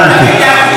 תודה רבה.